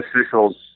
officials